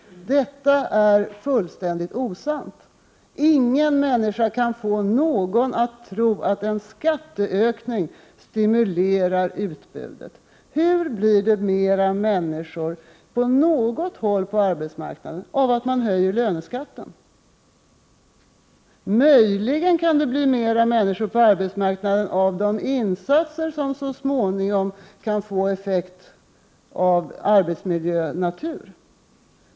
Detta är fullständigt osant. Ingen människa kan få någon att tro att en skattehöjning stimulerar utbudet. Hur blir det fler människor på något håll på arbetsmarknaden av att man höjer löneskatten? Möjligen kan det bli fler människor på arbetsmarknaden av de insatser som så småningom kan få effekt av arbetsmiljönatur.